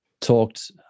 talked